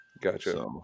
Gotcha